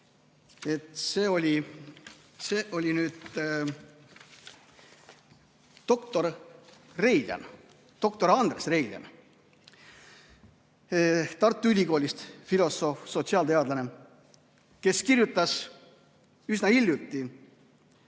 Reiljan, doktor Andres Reiljan Tartu Ülikoolist – filosoof, sotsiaalteadlane –, kes kirjutas üsna hiljuti